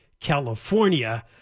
California